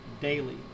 daily